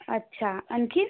अच्छा आणखी